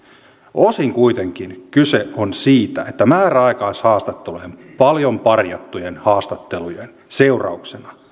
osin kuitenkin kyse on siitä että määräaikaishaastattelujen paljon parjattujen haastattelujen seurauksena